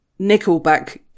Nickelback